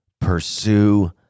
Pursue